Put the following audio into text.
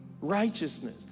Righteousness